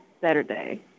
Saturday